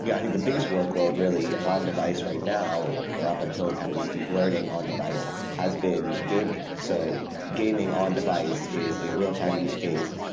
yeah i think the biggest workload really on device right now or up until the kind of this deep learning on device has been gaming. so gaming on devise is a real-time use case.